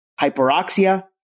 hyperoxia